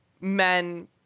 men